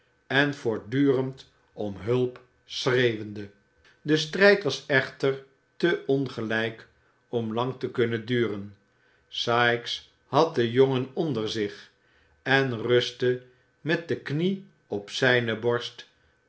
en voortdurend om hulp schreeuwende de strijd was echter te ongelijk om lang te kunnen duren sikes had den jongen onder zich en rustte met de knie op zijne borst